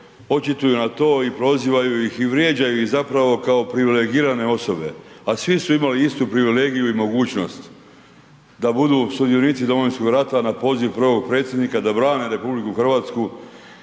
očituju na to i prozivaju ih i vrijeđaju ih zapravo kao privilegirane osobe, a svi su imali istu privilegiju i mogućnost da budu sudionici Domovinskog rata na poziv prvog predsjednika da brane RH. Nadam se da su